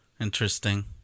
Interesting